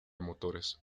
motores